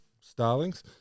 Starlings